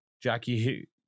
Jackie